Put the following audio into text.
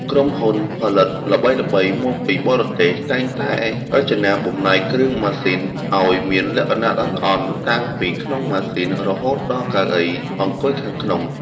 ក្រុមហ៊ុនផលិតល្បីៗមកពីបរទេសតែងតែរចនាបំណែកគ្រឿងម៉ាស៊ីនឱ្យមានលក្ខណៈល្អិតល្អន់តាំងពីក្នុងម៉ាស៊ីនរហូតដល់កៅអីអង្គុយខាងក្នុង។